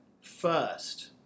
first